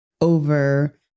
over